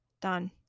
Done